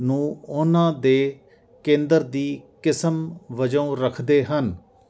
ਨੂੰ ਉਹਨਾਂ ਦੇ ਕੇਂਦਰ ਦੀ ਕਿਸਮ ਵਜੋਂ ਰੱਖਦੇ ਹਨ